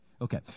Okay